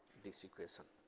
this equation,